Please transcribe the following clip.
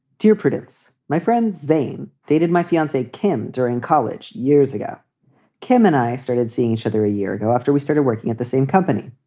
dear prudence. my friend zane dated my fiancee kim during college years ago kim and i started seeing each other a year ago after we started working at the same company.